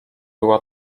była